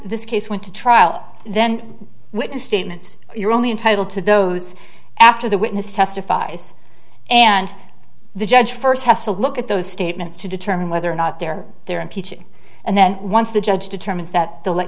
this case went to trial then witness statements you're only entitle to those after the witness testifies and the judge first has to look at those statements to determine whether or not they're there impeaching and then once the judge determines that the